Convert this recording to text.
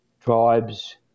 tribes